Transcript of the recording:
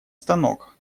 станок